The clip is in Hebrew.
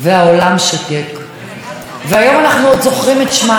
מחר ומוחרתיים היא תתווסף לסטטיסטיקה אומללה.